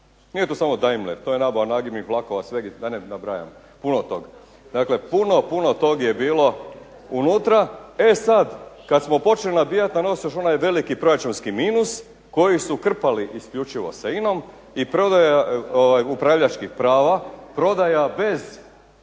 Nije to samo DAIMLER, to je nabava nagibnih vlakova, svega, da ne nabrajam. Puno toga. Dakle, puno, puno tog je bilo unutra. E sad, kad smo počeli nabijati na nos još onaj veliki proračunski minus koji su krpali isključivo sa INA-om i prodaja upravljačkih prava, prodaja bez